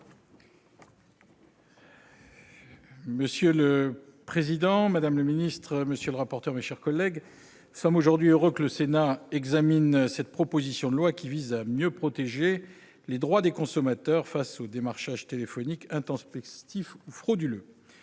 Monsieur le président, madame la secrétaire d'État, monsieur le rapporteur, mes chers collègues, nous sommes heureux que le Sénat examine cette proposition de loi qui vise à mieux protéger les droits des consommateurs face au démarchage téléphonique intempestif ou frauduleux.